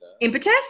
Impetus